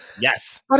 Yes